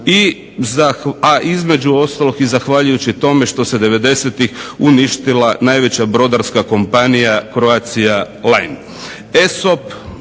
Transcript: između ostalog zahvaljujući i tome što se devedesetih uništila najveća brodarska kompanija Croatialine.